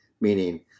meaning